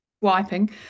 Wiping